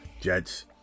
Jets